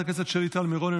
חברת הכנסת שלי טל מירון,